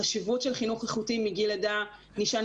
החשיבות של חינוך איכותי מגיל לידה נשען